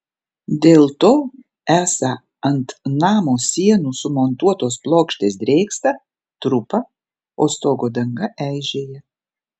dėl to esą ant namo sienų sumontuotos plokštės drėksta trupa o stogo danga eižėja